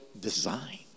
design